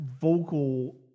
vocal